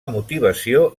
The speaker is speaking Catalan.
motivació